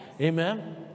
amen